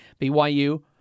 BYU